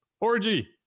Orgy